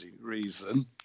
reason